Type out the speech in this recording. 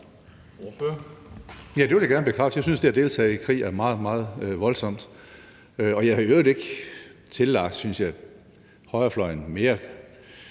det vil jeg gerne bekræfte. Jeg synes, at det at deltage i krig er meget, meget voldsomt, og jeg synes i øvrigt ikke, jeg har tillagt højrefløjen mere